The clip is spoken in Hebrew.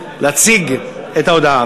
להציג את ההודעה.